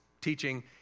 teaching